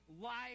life